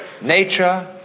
Nature